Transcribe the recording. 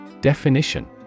Definition